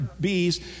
bees